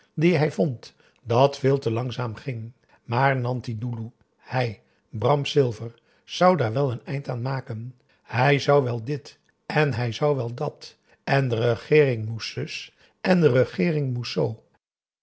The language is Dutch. dien hij vond dat veel te langzaam ging maar nanti doeloe hij bram silver zou daar wel een eind aan maken hij zou wel dit en hij zou wel dat en de regeering moest zus en de regeering moest z